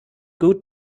good